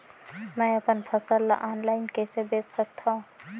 मैं अपन फसल ल ऑनलाइन कइसे बेच सकथव?